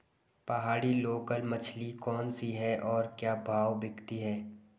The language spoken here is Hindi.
पहाड़ी लोकल मछली कौन सी है और क्या भाव बिकती है?